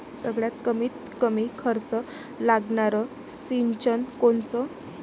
सगळ्यात कमीत कमी खर्च लागनारं सिंचन कोनचं?